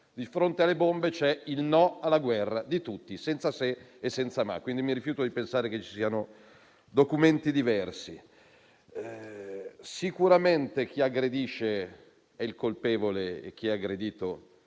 di fronte alle bombe c'è il no alla guerra di tutti, senza se e senza ma. Mi rifiuto pertanto di pensare che ci siano documenti diversi. Sicuramente chi aggredisce è il colpevole e chi è aggredito